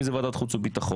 אם זו ועדת חוץ וביטחון.